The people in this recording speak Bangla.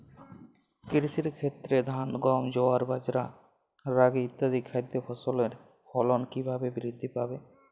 কৃষির ক্ষেত্রে ধান গম জোয়ার বাজরা রাগি ইত্যাদি খাদ্য ফসলের ফলন কীভাবে বৃদ্ধি পাবে?